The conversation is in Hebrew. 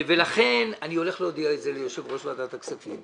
ולכן אני הולך להודיע על זה ליושב-ראש ועדת הכספים.